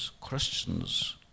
Christians